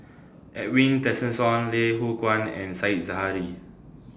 Edwin Tessensohn Loh Hoong Kwan and Said Zahari